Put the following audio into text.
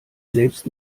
selbst